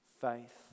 faith